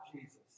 Jesus